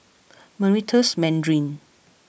Meritus Mandarin